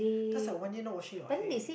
that's like one year not washing your hair